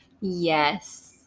yes